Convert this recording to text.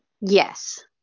Yes